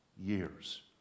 years